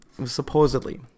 supposedly